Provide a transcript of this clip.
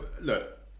Look